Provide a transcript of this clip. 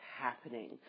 happening